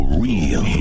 real